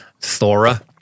Thora